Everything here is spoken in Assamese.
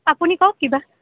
আপুনি কওক কিবা